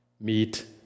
meet